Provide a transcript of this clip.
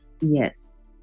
Yes